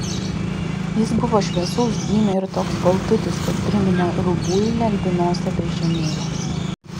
jis buvo šviesaus gymio ir toks baltutis kad priminė rubuilę albinosę beždžionėlę